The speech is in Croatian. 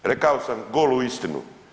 Rekao sam golu istinu.